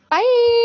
Bye